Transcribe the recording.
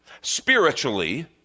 spiritually